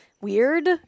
weird